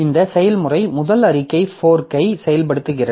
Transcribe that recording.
இந்த செயல்முறை முதல் அறிக்கை ஃபோர்க் ஐ செயல்படுத்துகிறது